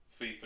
FIFA